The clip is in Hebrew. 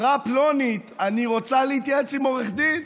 אמרה פלונית: אני רוצה להתייעץ עם עורך דין,